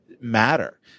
matter